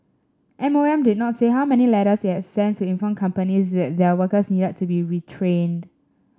M O M did not say how many letters it had sent to inform companies that their workers needed to be retrained